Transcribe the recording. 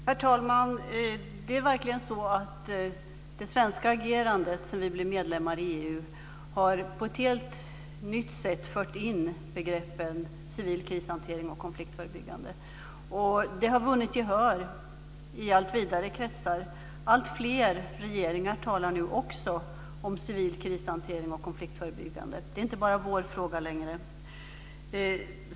Herr talman! Sedan Sverige blev medlem i EU har man verkligen på ett helt nytt sätt fört in begreppen civil krishantering och konfliktförebyggande arbete. Detta har vunnit gehör i allt vidare kretsar. Alltfler regeringar talar nu också om civil krishantering och konfliktförebyggande arbete. Det är inte bara vår fråga längre.